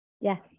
yes